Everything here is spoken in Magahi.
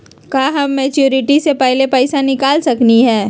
का हम मैच्योरिटी से पहले पैसा निकाल सकली हई?